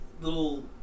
little